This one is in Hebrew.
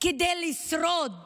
כדי לשרוד